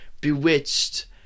Bewitched